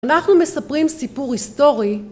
אנחנו מספרים סיפור היסטורי